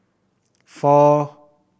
four